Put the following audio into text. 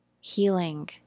healing